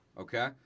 okay